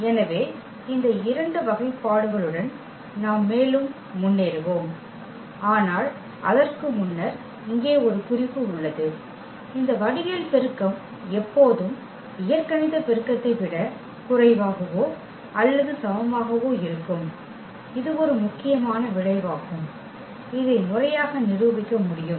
எனவே இந்த இரண்டு வகைப்பாடுகளுடன் நாம் மேலும் முன்னேறுவோம் ஆனால் அதற்கு முன்னர் இங்கே ஒரு குறிப்பு உள்ளது இந்த வடிவியல் பெருக்கம் எப்போதும் இயற்கணித பெருக்கத்தை விட குறைவாகவோ அல்லது சமமாகவோ இருக்கும் இது ஒரு முக்கியமான விளைவாகும் இதை முறையாக நிரூபிக்க முடியும்